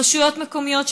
רשויות מקומיות,